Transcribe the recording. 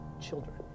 children